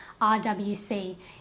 RwC